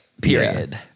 Period